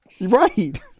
Right